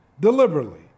deliberately